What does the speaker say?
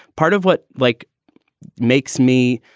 part of what like makes me.